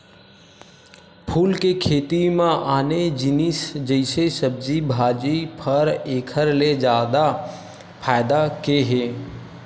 फूल के खेती म आने जिनिस जइसे सब्जी भाजी, फर एखर ले जादा फायदा के हे